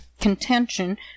contention